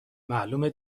معلومه